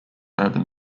urban